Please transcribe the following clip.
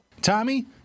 Tommy